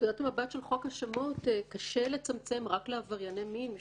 מנקודת המבט של חוק השמות קשה לצמצם את זה רק לעברייני מין,